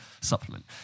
supplement